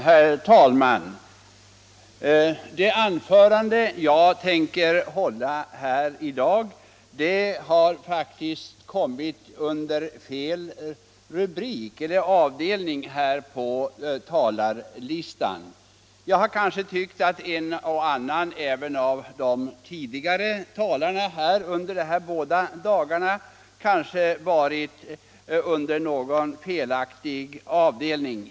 Herr talman! Det anförande jag tänker hålla här i dag har faktiskt kommit under fel rubrik eller avdelning på talarlistan. Jag har kanske tyckt att även en och annan av de tidigare talarna under de här båda dagarna hamnat på fel avdelning.